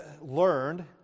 learned